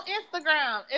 Instagram